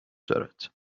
دارد